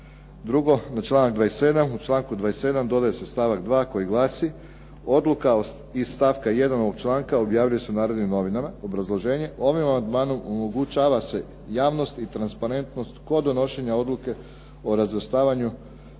Drugo, na članak 27. U članku 27. dodaje se stavak 2. koji glasi odluka iz stavka 1. ovog članka objavljuje se u "Narodnim novinama". Obrazloženje. Ovim amandmanom omogućava se javnost i transparentnost kod donošenja odluke o razvrstavanju